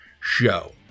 show